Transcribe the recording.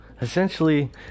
Essentially